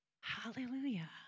Hallelujah